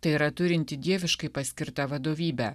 tai yra turinti dieviškai paskirtą vadovybę